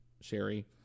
Sherry